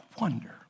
wonder